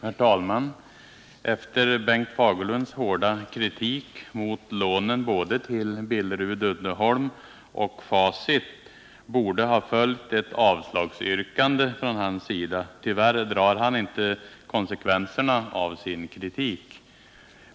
Herr talman! Efter Bengt Fagerlunds hårda kritik mot lånen till såväl Billerud-Uddeholm som Facit borde ha följt ett avslagsyrkande från hans sida. Tyvärr drar han inte konsekvenserna av sin kritik.